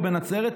או בנצרת,